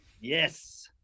Yes